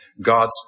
God's